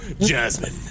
Jasmine